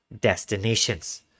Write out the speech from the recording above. destinations